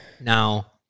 Now